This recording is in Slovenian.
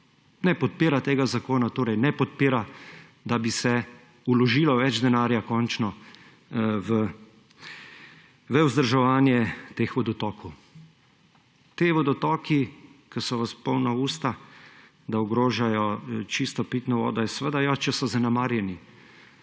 Ne podpira tega zakona, torej ne podpira, da bi se vložilo več denarja končno v vzdrževanje teh vodotokov. Ti vodotoki, ki so vas polna usta, da ogrožajo čisto pitno vodo. Ja seveda jo, če so zanemarjeni,